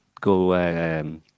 go